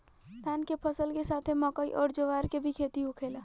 धान के फसल के साथे मकई अउर ज्वार के भी खेती होला